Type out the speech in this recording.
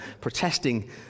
protesting